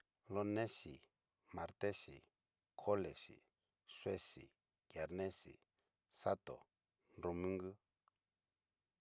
Lonexi, martexi, colexi, juexi, ngiarnexi, sato, nrumungu.